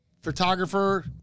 photographer